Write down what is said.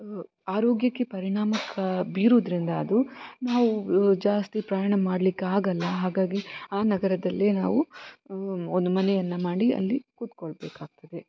ಆರೋಗ್ಯಕ್ಕೆ ಪರಿಣಾಮ ಬೀರೋದ್ರಿಂದ ಅದು ನಾವು ಜಾಸ್ತಿ ಪ್ರಯಾಣ ಮಾಡ್ಲಿಕ್ಕೆ ಆಗಲ್ಲ ಹಾಗಾಗಿ ಆ ನಗರದಲ್ಲಿ ನಾವು ಒಂದು ಮನೆಯನ್ನು ಮಾಡಿ ಅಲ್ಲಿ ಕೂತ್ಕೊಳ್ಬೇಕಾಗ್ತದೆ